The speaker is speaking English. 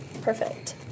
Perfect